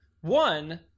One